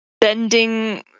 bending